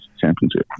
championship